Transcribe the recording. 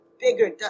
bigger